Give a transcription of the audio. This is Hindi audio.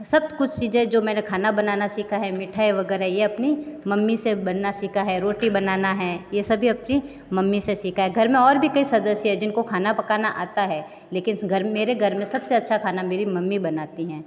सब कुछ चीज़ें जो मैंने खाना बनाना सीखा है मिठाई वग़ैरह ये अपनी मम्मी से बनना सीखा है रोटी बनाना है ये सभी अपनी मम्मी से सीखा है घर में और भी कई सदस्य है जिनको खाना पकाना आता है लेकिन घर मेरे घर में सब से अच्छा खाना मेरी मम्मी बनाती हैं